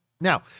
Now